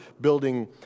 building